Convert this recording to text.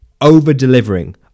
over-delivering